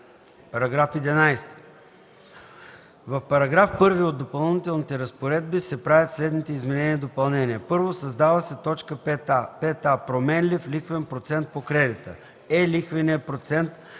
§ 11: „§ 11. В § 1 от Допълнителните разпоредби се правят следните изменения и допълнения: 1. Създава се т. 5а: „5а. „Променлив лихвен процент по кредита“ е лихвеният процент,